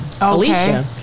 Alicia